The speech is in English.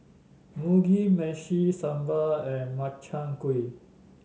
Mugi Meshi Sambar and Makchang Gui